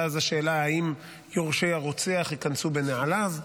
ואז השאלה אם יורשי הרוצח ייכנסו בנעליו.